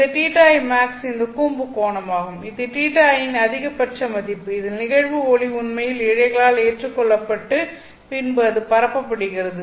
இந்த θimax இந்த கூம்பு கோணமாகும் இது θi இன் அதிகபட்ச மதிப்பு இதில் நிகழ்வு ஒளி உண்மையில் இழைகளால் ஏற்றுக்கொள்ளப்பட்டு பின்பு அது பரப்பப்படுகிறது